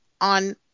on –